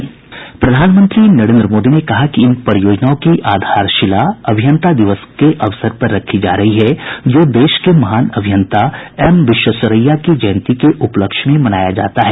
प्रधानमंत्री नरेन्द्र मोदी ने कहा कि इन परियोजनाओं की आधारशिला अभियंता दिवस के अवसर पर रखी जा रही है जो देश के महान अभियंता एम विश्वेश्वरैय्या की जयंती के उपलक्ष्य में मनाया जाता है